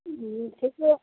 हूँ ठीके